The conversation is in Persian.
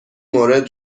مورد